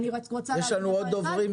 רק עוד דבר אחד.